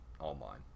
online